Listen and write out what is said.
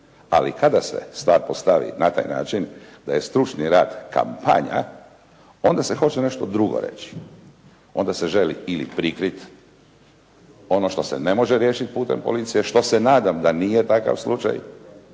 ali kada se stvar postavi na taj način da je stručni rad kampanja, onda se hoće nešto drugo reći. Onda se želi ili prikriti ono što se ne može riješiti putem policije, što se nadam da nije takav slučaj